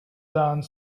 done